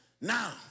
now